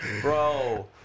Bro